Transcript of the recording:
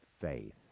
faith